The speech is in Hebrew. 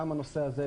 גם הנושא הזה.